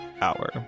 hour